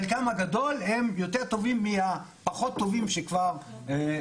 חלקם הגדול הם יותר טובים מהפחות טובים שכבר נפרדנו מהם.